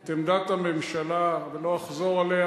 את עמדת הממשלה ולא אחזור עליה.